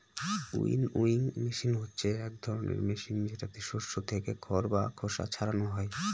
winnowing machine হচ্ছে এক ধরনের মেশিন যেটাতে শস্য থেকে খড় বা খোসা ছারানো হয়